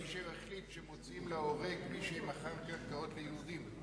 שהחליט שמוציאים להורג מי שמכר קרקעות ליהודים.